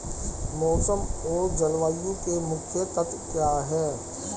मौसम और जलवायु के मुख्य तत्व क्या हैं?